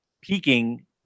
peaking